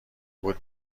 بود